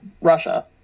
Russia